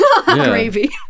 Gravy